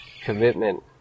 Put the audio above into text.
commitment